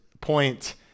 point